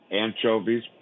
anchovies